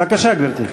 בבקשה, גברתי.